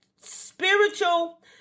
spiritual